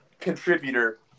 contributor